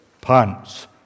Pants